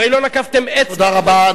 הרי לא נקפתם אצבע, תודה רבה.